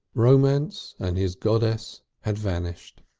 romance and his goddess had vanished.